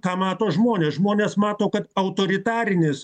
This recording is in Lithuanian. ką mato žmonės žmonės mato kad autoritarinis